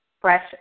fresh